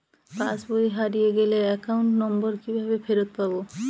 পাসবই হারিয়ে গেলে account number কিভাবে ফেরত পাব?